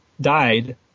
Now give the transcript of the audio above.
died